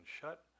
shut